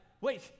wait